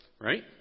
right